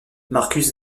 marcus